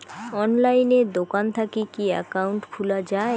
অনলাইনে দোকান থাকি কি একাউন্ট খুলা যায়?